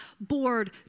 bored